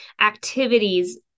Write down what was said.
activities